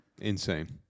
insane